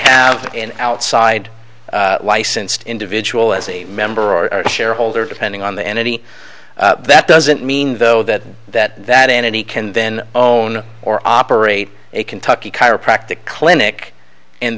have an outside licensed individual as a member are a shareholder depending on the enemy that doesn't mean though that that that enemy can then own or operate a kentucky chiropractic clinic and